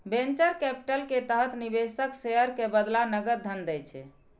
venture capital के तहत निवेशक शेयर के बदला नकद धन दै छै